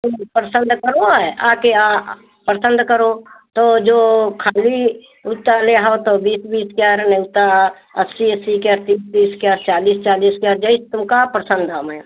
तुम पसंद करो आये आके पसंद करो तो जो खाली पुता लेहऊ तऊ बीस बीस के और नहीं ता अस्सी अस्सी केर तीस तीस के चालिस चालिस के जईस तुमका पसंद आवै